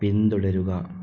പിന്തുടരുക